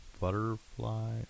butterfly